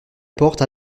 porte